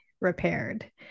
repaired